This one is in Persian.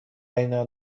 اینو